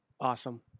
Awesome